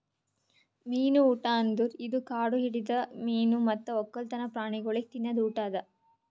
ಮೀನು ಊಟ ಅಂದುರ್ ಇದು ಕಾಡು ಹಿಡಿದ ಮೀನು ಮತ್ತ್ ಒಕ್ಕಲ್ತನ ಪ್ರಾಣಿಗೊಳಿಗ್ ತಿನದ್ ಊಟ ಅದಾ